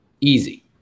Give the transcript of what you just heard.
Easy